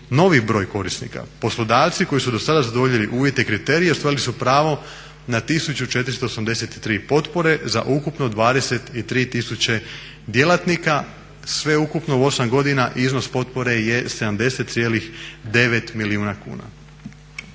novi broj korisnika. Poslodavci koji su do sada zadovoljili uvjete i kriterije ostvarili su pravo na 1483 potpore za ukupno 23000 djelatnika. Sveukupno u 8 godina iznos potpore je 70,9 milijuna kuna.